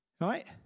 Right